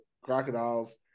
Crocodiles